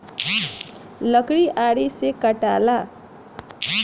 लकड़ी आरी से कटाला